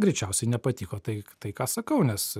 greičiausiai nepatiko tai tai ką sakau nes